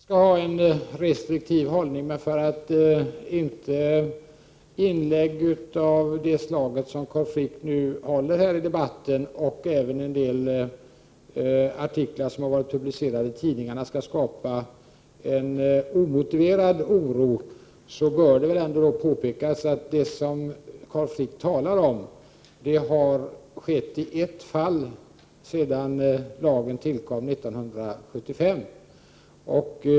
Herr talman! Vi är överens om att man skall ha en restriktiv hållning, men för att inte inlägg av det slag som Carl Frick gör här i debatten och även en del artiklar som har varit publicerade i tidningarna skall skapa en omotiverad oro bör det påpekas att det som Carl Frick talar om här skett i ett enda fall sedan lagen tillkom år 1975.